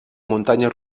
muntanya